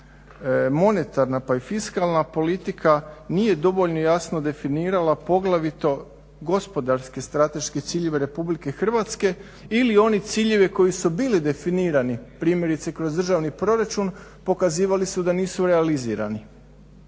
monetarna pa i fiskalna politika nije dovoljno jasno definirala poglavito gospodarske strateške ciljeve Republike Hrvatske ili one ciljeve koji su bili definirani primjerice kroz državni proračun, pokazivali su da nisu realizirani.